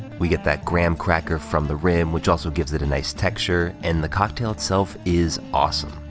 we get that graham cracker from the rim which also gives it a nice texture, and the cocktail itself is awesome.